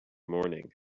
morning